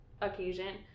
occasion